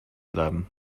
bleiben